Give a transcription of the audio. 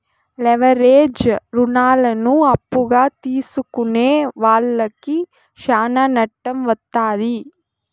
leverage రుణాలను అప్పుగా తీసుకునే వాళ్లకి శ్యానా నట్టం వత్తాది